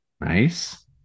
Nice